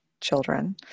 children